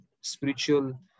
spiritual